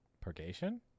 Purgation